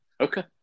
Okay